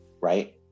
right